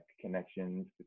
connections